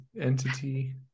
entity